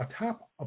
atop